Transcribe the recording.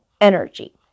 energy